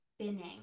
spinning